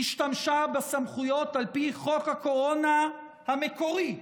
השתמשה בסמכויות על פי חוק הקורונה המקורי,